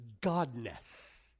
godness